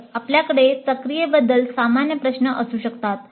तर आपल्याकडे प्रक्रियेबद्दल सामान्य प्रश्न असू शकतात